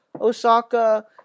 Osaka